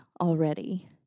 already